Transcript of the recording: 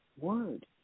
word